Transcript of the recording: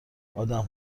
آدم